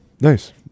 nice